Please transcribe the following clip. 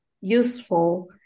useful